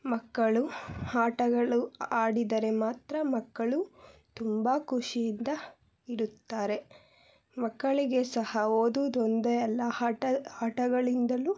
ಮಕ್ಕಳು ಆಟಗಳು ಆಡಿದರೆ ಮಾತ್ರ ಮಕ್ಕಳು ತುಂಬ ಖುಷಿಯಿಂದ ಇರುತ್ತಾರೆ ಮಕ್ಕಳಿಗೆ ಸಹ ಓದೋದು ಒಂದೇ ಅಲ್ಲ ಆಟ ಆಟಗಳಿಂದನೂ